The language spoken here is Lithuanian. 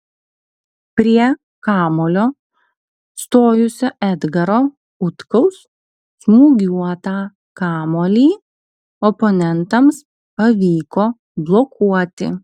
prie kamuolio stojusio edgaro utkaus smūgiuotą kamuolį oponentams pavyko blokuoti